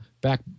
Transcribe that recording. back